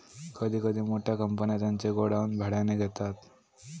कधी कधी मोठ्या कंपन्या त्यांचे गोडाऊन भाड्याने घेतात